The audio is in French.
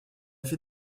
fait